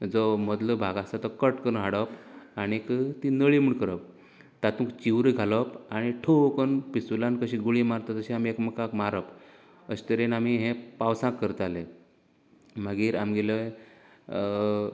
जो मदलो भाग आसा तो कट कन्न हाडप आनीक ती नळीं म्हण करप तातूंत चिंवरां घालप आनी ठो करून पिस्तूलान कशीं गुळीं मारता तशी आमी एकामेकांक मारप अशें तरेन आमी हे पावसांत करतालें मागीर आमगेलो